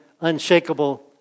unshakable